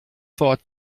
thought